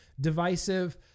divisive